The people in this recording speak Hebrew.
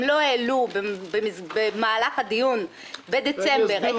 הם לא העלו במהלך הדיון שנערך בדצמבר